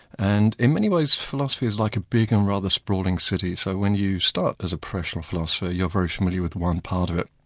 and in many ways philosophy is like a big and rather sprawling city, so when you start as a professional philosopher you're very familiar with one part of it.